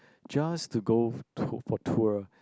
just to go to for tour